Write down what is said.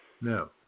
No